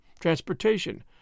transportation